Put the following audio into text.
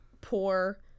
poor